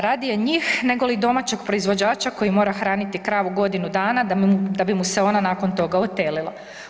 Radije njih nego li domaćeg proizvođača koji mora hraniti kravu godinu dana da bi mu se ona nakon toga otelila.